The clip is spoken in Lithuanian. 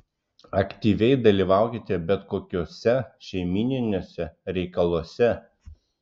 aktyviai dalyvaukite bet kokiuose šeimyniniuose reikaluose